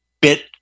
bit